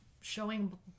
showing